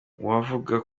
uwavuga